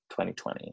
2020